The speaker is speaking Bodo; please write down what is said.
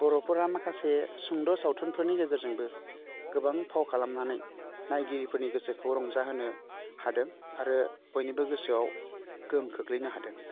बर'फोरा माखासे सुंद' सावथुननि गेजेरजोंबो गोबां फाव खालामनानै नायगिरिफोरनि गोसोखौ रंजा होनो हादों आरो बयनिबो गोसोआव गोहोम खोख्लैनो हादों